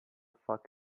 fuck